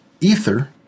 ether